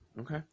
Okay